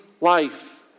life